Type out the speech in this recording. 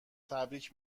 تبریک